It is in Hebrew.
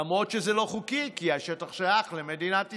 למרות שזה לא חוקי, כי השטח שייך למדינת ישראל?